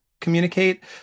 communicate